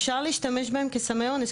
אפשר להשתמש בהם כסמי אונס,